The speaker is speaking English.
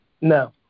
No